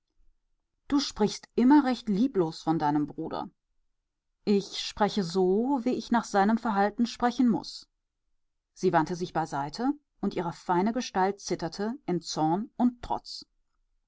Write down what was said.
du sprichst immer recht lieblos von deinem bruder ich spreche so wie ich nach seinem verhalten sprechen muß sie wandte sich beiseite und ihre feine gestalt zitterte in zorn und trotz